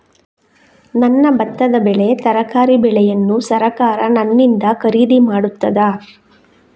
ನನ್ನ ಭತ್ತದ ಬೆಳೆ, ತರಕಾರಿ ಬೆಳೆಯನ್ನು ಸರಕಾರ ನನ್ನಿಂದ ಖರೀದಿ ಮಾಡುತ್ತದಾ?